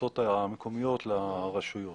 יושבת ראש הוועדה אמרה שבוע.